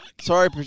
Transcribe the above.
Sorry